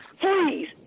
Please